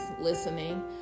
listening